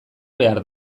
behar